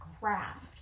craft